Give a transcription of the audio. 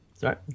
Sorry